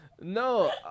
No